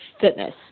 fitness